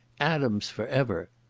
adams for ever!